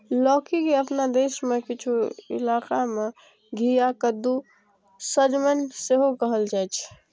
लौकी के अपना देश मे किछु इलाका मे घिया, कद्दू, सजमनि सेहो कहल जाइ छै